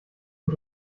und